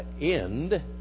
end